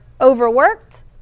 overworked